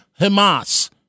Hamas